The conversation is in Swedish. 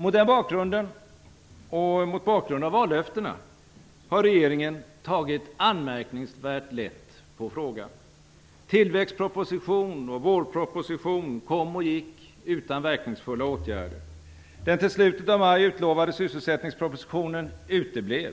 Mot denna bakgrund - och mot bakgrund av vallöftena - har regeringen tagit anmärkningsvärt lätt på frågan. Tillväxtproposition och vårproposition kom och gick utan verkningsfulla åtgärder. Den till i slutet av maj utlovade sysselsättningspropositionen uteblev.